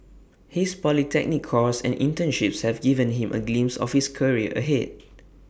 his polytechnic course and internships have given him A glimpse of his career ahead